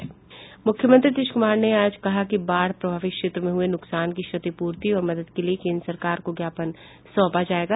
मुख्यमंत्री नीतीश कुमार ने आज कहा कि बाढ प्रभावित क्षेत्र में हुए नुकसान की क्षतिपूर्ति और मदद के लिए केंद्र सरकार को ज्ञापन सौंपा जायेगा